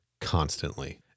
constantly